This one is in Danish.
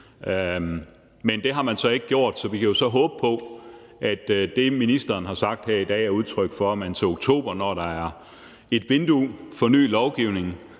Men det har man så ikke gjort, og vi kan jo så håbe på, at det, ministeren har sagt her i dag, er udtryk for, at man til oktober, når der er et vindue for ny lovgivning,